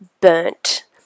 burnt